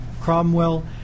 Cromwell